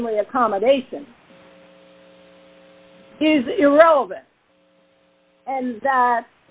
mainly accommodation is irrelevant and that